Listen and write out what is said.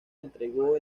entregó